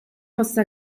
fosse